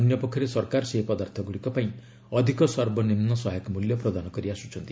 ଅନ୍ୟପକ୍ଷରେ ସରକାର ସେହି ପଦାର୍ଥଗୁଡ଼ିକ ପାଇଁ ଅଧିକ ସର୍ବନିମ୍ନ ସହାୟକ ମୂଲ୍ୟ ପ୍ରଦାନ କରି ଆସୁଛନ୍ତି